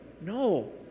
No